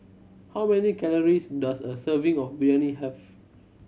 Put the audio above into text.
how many calories does a serving of Biryani have